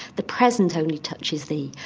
the present only touches thee.